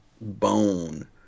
bone